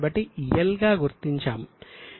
కాబట్టి 'L' గా గుర్తించాము